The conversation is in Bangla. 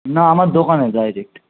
না আমার দোকানে ডাইরেক্ট